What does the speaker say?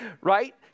right